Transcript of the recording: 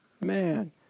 man